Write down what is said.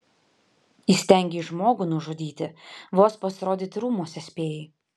įstengei žmogų nužudyti vos pasirodyti rūmuose spėjai